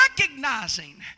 recognizing